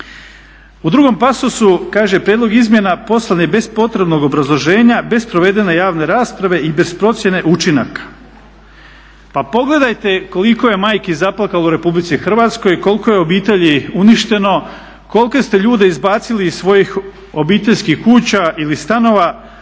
U drugom pasusu kaže prijedlog izmjena poslan je bez potrebnog obrazloženja, bez provedene javne rasprave i bez procjene učinaka. Pa pogledajte kolik je majki zaplakalo u RH, koliko je obitelji uništeno, kolike ste ljudi izbacili iz svojih obiteljskih kuća ili stanova